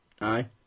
Aye